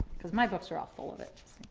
cause my books are all full of it.